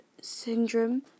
syndrome